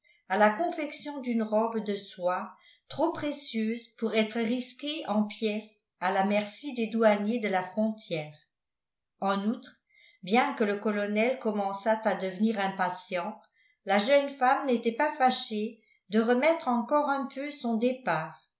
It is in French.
à la confection d'une robe de soie trop précieuse pour être risquée en pièce à la merci des douaniers de la frontière en outre bien que le colonel commençât à devenir impatient la jeune femme n'était pas fâchée de remettre encore un peu son départ